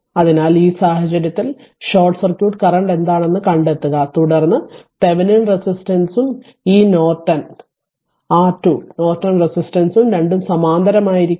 അതിനാൽ ഈ സാഹചര്യത്തിൽ ഷോർട്ട് സർക്യൂട്ട് കറന്റ് എന്താണെന്ന് കണ്ടെത്തുക തുടർന്ന് തെവെനിൻ റെസിസ്റ്റൻസും ഈ നോർട്ടൺ ആർ 2 നോർട്ടൺ റെസിസ്റ്റ രണ്ടും സമാന്തരമായിരിക്കും